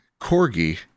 Corgi